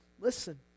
listen